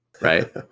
right